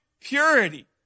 purity